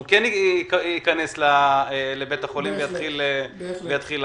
שהוא כן ייכנס לבית החולים ויתחיל לעבוד.